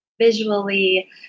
visually